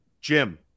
Jim